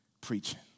preaching